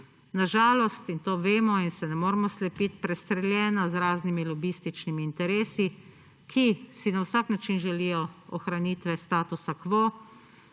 na žalost in to vemo in se ne moremo slepit, prestreljena z raznimi lobističnimi interesi, ki si na vsak način želijo ohranitve statusa quo,